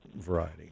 variety